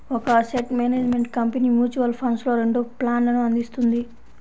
ఒక asset management company mutual ఫండ్స్లో రెండు ప్లాన్లను అందిస్తుంది